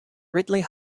ridley